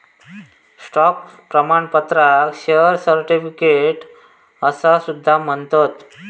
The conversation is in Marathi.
स्टॉक प्रमाणपत्राक शेअर सर्टिफिकेट असा सुद्धा म्हणतत